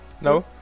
No